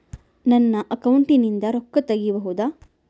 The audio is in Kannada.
ನನ್ನ ಅಕೌಂಟಿಂದ ರೊಕ್ಕ ತಗಿಬಹುದಾ?